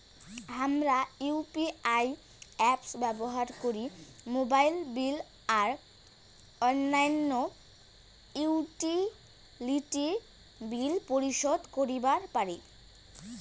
হামরা UPI apps ব্যবহার করি মোবাইল বিল আর অইন্যান্য ইউটিলিটি বিল পরিশোধ করিবা পারি